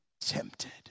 tempted